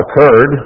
occurred